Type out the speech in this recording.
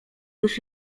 już